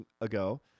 ago